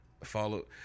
Follow